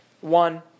one